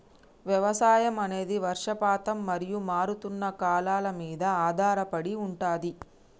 వ్యవసాయం అనేది వర్షపాతం మరియు మారుతున్న కాలాల మీద ఆధారపడి ఉంటది